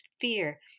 fear